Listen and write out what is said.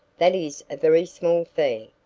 that is a very small fee,